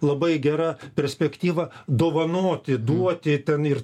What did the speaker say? labai gera perspektyva dovanoti duoti ten ir